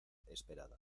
esperada